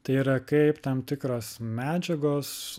tai yra kaip tam tikros medžiagos